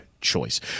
choice